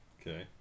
Okay